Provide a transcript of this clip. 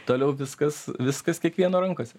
toliau viskas viskas kiekvieno rankose